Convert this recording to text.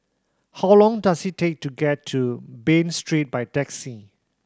how long does it take to get to Bain Street by taxi